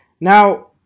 Now